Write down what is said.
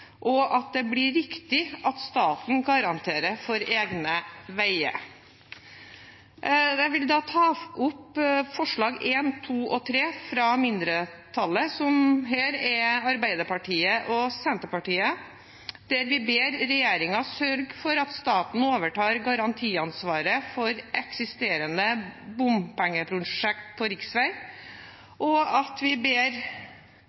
og at det blir viktig at staten garanterer for egne veier. Jeg vil ta opp forslag nr. 1, 2 og 3 fra mindretallet, som her er Arbeiderpartiet og Senterpartiet, der vi ber regjeringen sørge for at staten overtar garantiansvaret for eksisterende bompengeprosjekter på